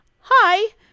Hi